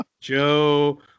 Joe